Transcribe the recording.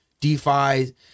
DeFi